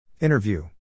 Interview